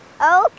Okay